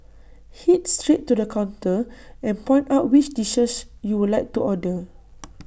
Head straight to the counter and point out which dishes you would like to order